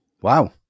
Wow